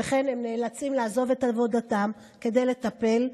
שכן הם נאלצים לעזוב את עבודתם כדי לטפל,